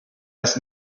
das